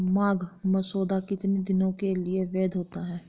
मांग मसौदा कितने दिनों के लिए वैध होता है?